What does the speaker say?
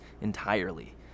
entirely